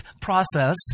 process